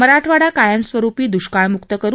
मराठवाडा कायमस्वरूपी दृष्काळमुक्त करू